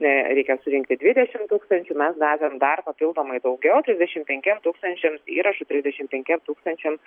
reikia surinkti dvidešimt tūkstančių mes davėm dar papildomai daugiau trisdešimt penkiem tūkstančiams įrašų trisdešimt penkiem tūkstančiams